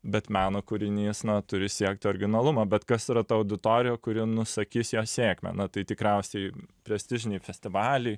bet meno kūrinys turi siekti originalumo bet kas yra ta auditorija kuri nusakys jo sėkmę na tai tikriausiai prestižiniai festivaliai